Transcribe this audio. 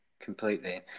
Completely